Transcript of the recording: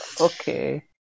Okay